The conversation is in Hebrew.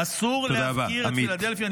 אסור להפקיר את פילדלפי.